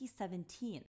2017